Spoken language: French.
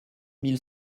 mille